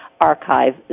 archive